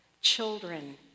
children